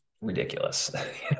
ridiculous